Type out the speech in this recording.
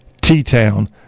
T-Town